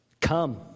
Come